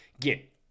get